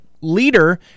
leader